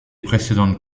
précédentes